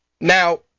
Now